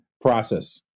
process